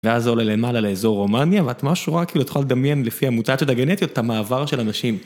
ואז זה עולה למעלה לאזור רומניה, ואת ממש רואה, כאילו, את יכולה לדמיין, לפי המוטציות הגנטיות, את המעבר של אנשים.